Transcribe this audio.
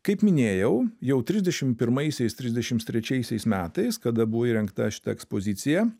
kaip minėjau jau trisdešimt pirmaisiais trisdešimt trečiaisiais metais kada buvo įrengta šita ekspozicija